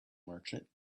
merchant